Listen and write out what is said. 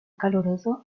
caluroso